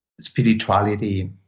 spirituality